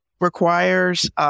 requires